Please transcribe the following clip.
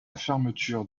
fermeture